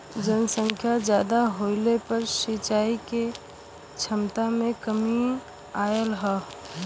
जनसंख्या जादा होये पर सिंचाई के छमता में कमी आयल हौ